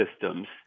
systems